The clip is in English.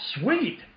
sweet